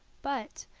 but,